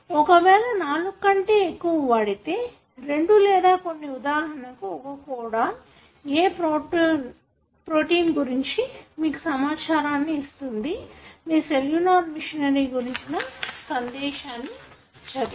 ఒకవేళ 4 కంటే ఎక్కువ వాడితే రెండు లేదా కొన్ని ఉదాహరణకు ఒక కోడోన్ ఏ ప్రోటీన్ గురించి మీకు సమాచారాన్ని ఇస్తుంది మీ సెల్లులార్ మెషినరీ గురించిన సందేశాన్ని చదివి